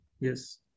Yes